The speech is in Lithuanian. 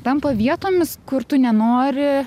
tampa vietomis kur tu nenori